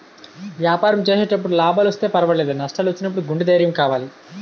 వ్యాపారం చేసేటప్పుడు లాభాలొస్తే పర్వాలేదు, నష్టాలు వచ్చినప్పుడు గుండె ధైర్యం కావాలి